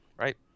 right